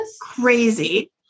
Crazy